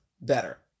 better